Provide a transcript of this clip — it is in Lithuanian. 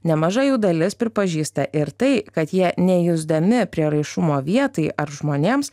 nemaža jų dalis pripažįsta ir tai kad jie nejusdami prieraišumo vietai ar žmonėms